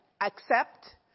accept